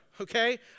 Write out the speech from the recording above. okay